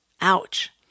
Ouch